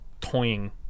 toying